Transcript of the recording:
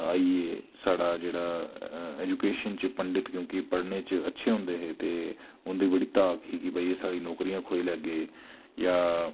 आइयै साढ़ा जेह्ड़ा ऐजुकेशन च पंडत क्योंकि पढ़ने च अच्छे होंदे हे ते उंदी बड़ी धाक ही कि भाई एह् साढ़ी नौकरियां खोही लैग्गे जां